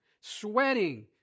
sweating